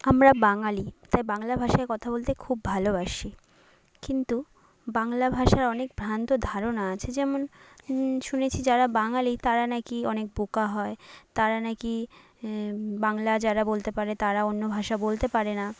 আমরা বাঙালি তাই বাংলা ভাষায় কথা বলতে খুব ভালোবাসি কিন্তু বাংলা ভাষায় অনেক ভ্রান্ত ধারণা আছে যেমন শুনেছি যারা বাঙালি তারা নাকি অনেক বোকা হয় তারা নাকি বাংলা যারা বলতে পারে তারা অন্য ভাষা বলতে পারে না